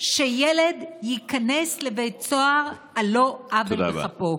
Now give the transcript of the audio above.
שילד ייכנס לבית סוהר על לא עוול בכפו.